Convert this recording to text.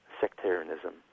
sectarianism